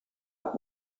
one